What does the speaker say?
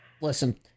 Listen